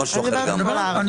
זה משהו אחר לגמרי.